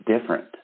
different